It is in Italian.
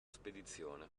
spedizione